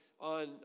on